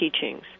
teachings